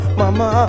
mama